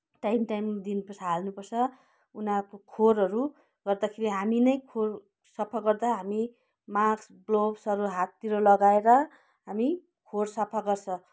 time time दिनुपर्छ हाल्नुपर्छ उनीहरूको खोरहरू गर्दाखेरि हामी नै खोर सफा गर्दा हामी मास्क ग्लोब्सहरू हाततिर लगाएर हामी खोर सफा गर्छ